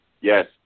Yes